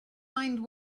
mind